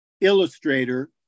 illustrator